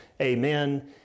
Amen